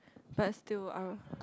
but still I'll